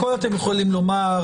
הכול אתם יכולים לומר,